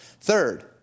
Third